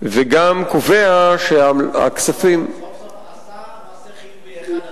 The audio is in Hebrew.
וגם קובע שהכספים, סוף-סוף עשה מעשה חיובי אחד.